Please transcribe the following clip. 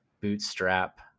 bootstrap